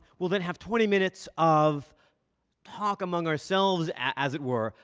we'll then have twenty minutes of talk among ourselves, as it were,